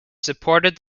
supported